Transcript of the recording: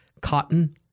cotton